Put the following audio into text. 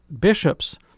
bishops